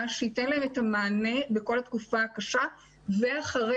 שייתן להם את המענה בתוך התקופה הקשה ולאחריה,